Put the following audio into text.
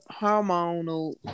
hormonal